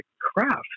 craft